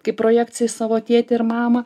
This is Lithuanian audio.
kaip projekcija į savo tėtį ir mamą